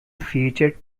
featured